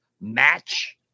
match –